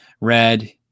Red